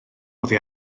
oddi